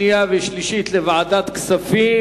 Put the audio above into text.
לוועדת הכספים